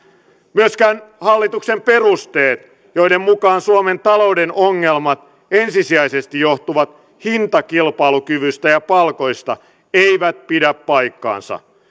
myöskään hallituksen perusteet joiden mukaan suomen talouden ongelmat ensisijaisesti johtuvat hintakilpailukyvystä ja palkoista eivät pidä paikkaansa